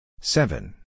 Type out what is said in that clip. Seven